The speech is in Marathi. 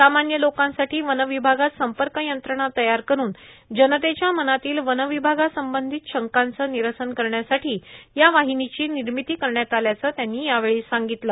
सामान्य लोकांसाठी वन विभागात संपर्क यंत्रणा तयार करून जनतेच्या मनातील वन विभागासंबंधीत शंकांचं निरसन करण्यासाठी या वाहिनीची निर्मिती करण्यात आल्याचं त्यांनी यावेळी सांगितलं